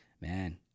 Man